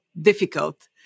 difficult